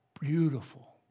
beautiful